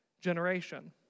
generation